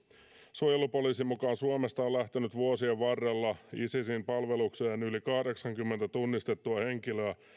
suojelupoliisin mukaan suomesta on lähtenyt vuosien varrella isisin palvelukseen yli kahdeksankymmentä tunnistettua henkilöä